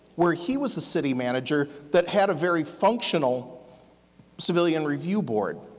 where he was a city manager that had a very functional civilian review board,